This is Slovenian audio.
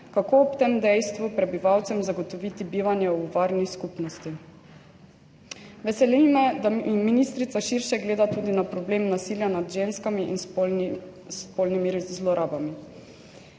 kako ob tem dejstvu prebivalcem zagotoviti bivanje v varni skupnosti. Veseli me, da ministrica širše gleda tudi na problem nasilja nad ženskami in spolnimi zlorabami.